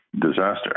disaster